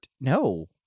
No